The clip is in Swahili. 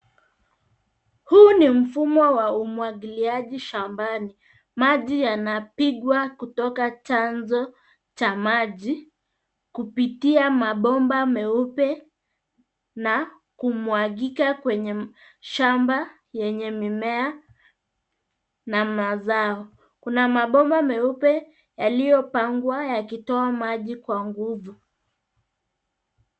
Huu ni mfumo wa umwagiliaji shambani. Maji yanapigwa kutoka chanzo cha maji kupitia mabomba meupe na kumwagika kwenye shamba yenye mimea na mazao. Kuna mabomba meupe yaliyopangwa yakitoa maji kwa nguvu.